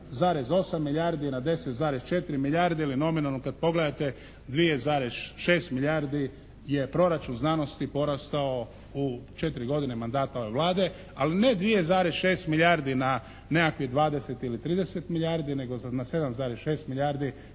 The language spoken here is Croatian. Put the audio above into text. na 10,4 milijarde ili nominalno kada pogledate 2,6 milijardi je proračun znanosti porastao u četiri godine mandata ove Vlade, ali ne 2,6 milijardi na nekakvih 20 ili 30 milijardi nego na 7,6 milijardi